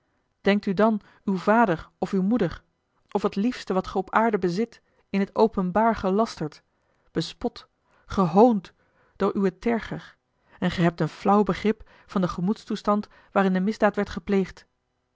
denkt u dan uw vader of uwe moeder of t liefste wat ge op aarde bezit in het openbaar gelasterd bespot gehoond door uwen terger en ge hebt een flauw begrip van den gemoedstoestand waarin de misdaad werd gepleegd